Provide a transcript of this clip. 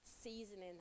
seasoning